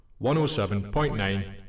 107.9